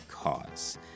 cause